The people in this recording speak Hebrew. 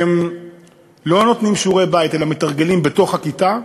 לא נותנים שיעורי-בית אלא מתרגלים בתוך הכיתה,